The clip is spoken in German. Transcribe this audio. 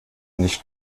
nicht